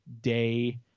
day